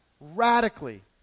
radically